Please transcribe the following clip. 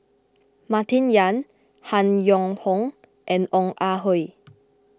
Martin Yan Han Yong Hong and Ong Ah Hoi